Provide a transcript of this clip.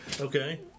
okay